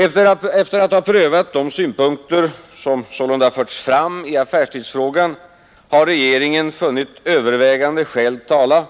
Efter att ha prövat de synpunkter som sålunda förts fram i affärstidsfrågan har regeringen funnit övervägande skäl tala